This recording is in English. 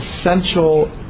essential